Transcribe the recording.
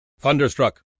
Thunderstruck